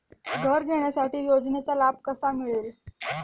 घर घेण्यासाठी योजनेचा लाभ कसा मिळेल?